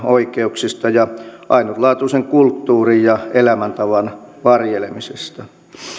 oikeuksista ja ainutlaatuisen kulttuurin ja elämäntavan varjelemisesta